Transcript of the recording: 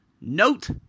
Note